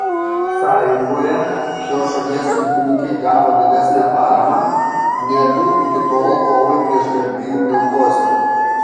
sąjungoje šios šalies ūkininkai gavo didesnę paramą negu iki tol kovai prieš galvijų leukozę